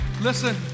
Listen